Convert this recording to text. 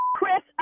Chris